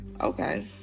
Okay